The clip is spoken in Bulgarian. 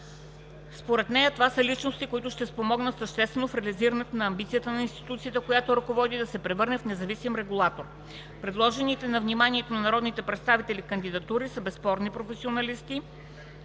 Според нея това са личности, които ще помогнат съществено в реализирането на амбицията на институцията, която ръководи, да се превърне в независим регулатор. Предложените на вниманието на народните представители кандидатури са на безспорни професионалисти,